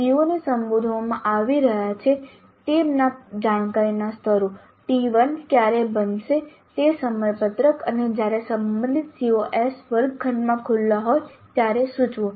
CO ને સંબોધવામાં આવી રહ્યા છે તેમના જાણકારીના સ્તરો T1 ક્યારે બનશે તે સમયપત્રક અને જ્યારે સંબંધિત COs વર્ગખંડમાં ખુલ્લા હોત ત્યારે સૂચવો